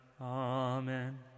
Amen